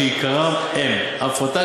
שעיקריו: הפחתת